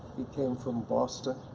be came from boston,